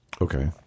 Okay